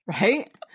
Right